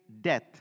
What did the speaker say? death